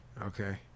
Okay